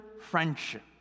friendship